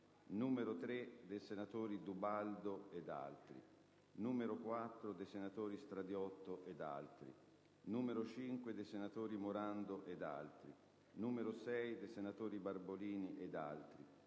n. 3, dei senatori D'Ubaldo ed altri, n. 4, dei senatori Stradiotto ed altri, n. 5, dei senatori Morando ed altri, n. 6, dei senatori Barbolini ed altri,